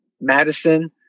Madison